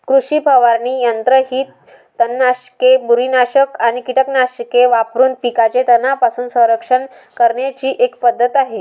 कृषी फवारणी यंत्र ही तणनाशके, बुरशीनाशक कीटकनाशके वापरून पिकांचे तणांपासून संरक्षण करण्याची एक पद्धत आहे